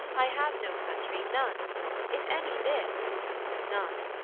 i have no country none if any, this but none.